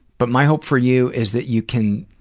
but my hope for you is that you can